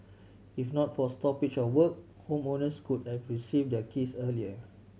if not for stoppage of work homeowners could have receive their keys earlier